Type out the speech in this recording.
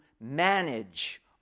manage